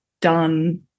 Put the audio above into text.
done